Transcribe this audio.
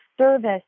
service